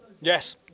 yes